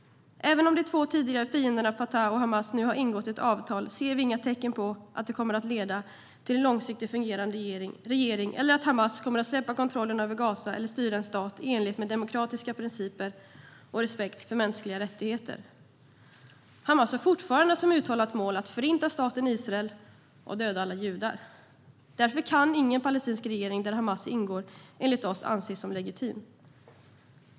Även om de två tidigare fienderna Fatah och Hamas nu ingått ett avtal ser vi inga tecken på att detta kommer att leda till en långsiktigt fungerande regering eller på att Hamas kommer att släppa kontrollen över Gaza eller styra en stat i enlighet med demokratiska principer och respekt för mänskliga rättigheter. Hamas har fortfarande som uttalat mål att förinta staten Israel och döda alla judar. Därför kan enligt oss ingen palestinsk regering där Hamas ingår anses som legitim.